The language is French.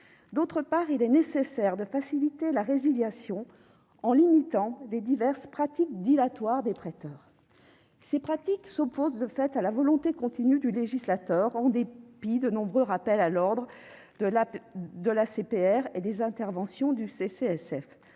est par ailleurs nécessaire de faciliter la résiliation en limitant les diverses pratiques dilatoires des prêteurs. Ces pratiques s'opposent, de fait, à la volonté continue du législateur, en dépit des rappels à l'ordre de l'Autorité de contrôle prudentiel